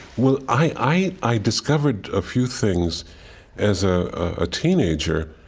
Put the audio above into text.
well, i i discovered a few things as ah a teenager.